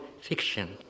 fiction